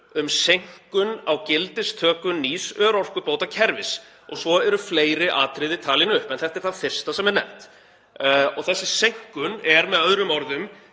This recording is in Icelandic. um seinkun á gildistöku nýs örorkubótakerfis“ og svo eru fleiri atriði talin upp en þetta er það fyrsta sem er nefnt. Þessi seinkun er með öðrum orðum